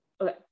okay